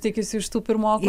tikisi iš tų pirmokų